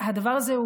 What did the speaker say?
הדבר הזה,